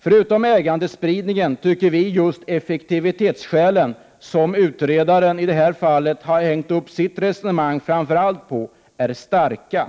Förutom ägandespridningen tycker vi att effektivitetsskälen — som utredaren framför allt har hängt upp sitt resonemang på — är starka.